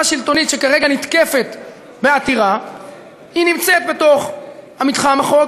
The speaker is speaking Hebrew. שלטונית שכרגע נתקפת בעתירה נמצאת בתוך מתחם החוק,